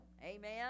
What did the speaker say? amen